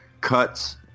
cuts